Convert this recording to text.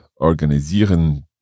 organisieren